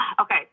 Okay